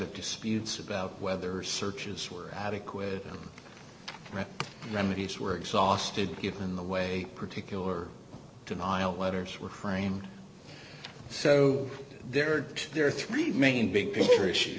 of disputes about whether searches were adequate remedies were exhausted given the way particular denial letters were framed so there are two there are three main big picture issues